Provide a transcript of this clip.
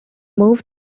moved